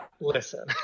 listen